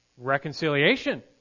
Reconciliation